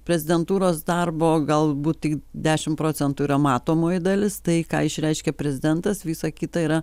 prezidentūros darbo galbūt tik dešim procentų yra matomoji dalis tai ką išreiškė prezidentas visa kita yra